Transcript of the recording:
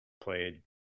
played